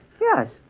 Yes